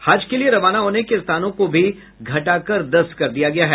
हज के लिए रवाना होने के स्थानों को भी घटाकर दस कर दिया गया है